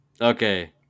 okay